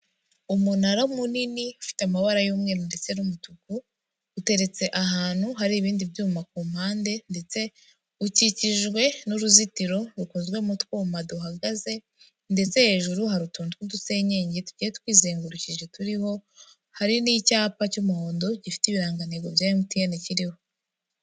Umunara munini ufite amabara y'umweru ndetse n'umutuku, uteretse ahantu hari ibindi byuma ku mpande ndetse ukikijwe n'uruzitiro rukozwe mu twuma duhagaze ndetse hejuru hari utuntu tw'udusenyenge tugiye twizengurukije turiho, hari n'icyapa cy'umuhondo gifite ibirangantego bya MTN kiriho.